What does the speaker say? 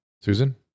Susan